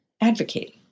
advocating